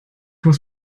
was